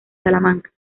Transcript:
salamanca